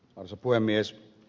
arvoisa puhemies